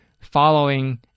Following